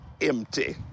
empty